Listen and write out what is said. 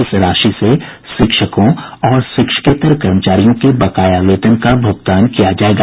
इस राशि से शिक्षकों और शिक्षकेत्तर कर्मचारियों के बकाया वेतन का भुगतान किया जायेगा